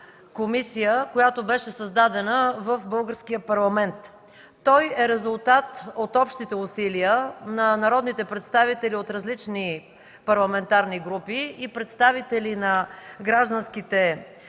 комисия, която беше създадена в Българския парламент. Той е резултат от общите усилия на народните представители от различни парламентарни групи и представители на гражданските